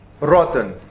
rotten